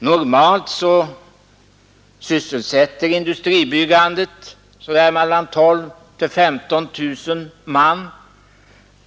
Normalt sysselsätter industribyggandet så här års mellan 12 000 och 15 000 man.